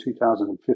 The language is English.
2015